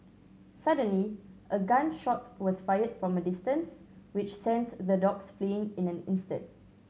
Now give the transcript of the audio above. suddenly a gun shot was fired from a distance which the dogs fleeing in an instant